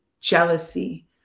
jealousy